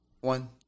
one